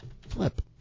flip